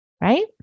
right